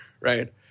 Right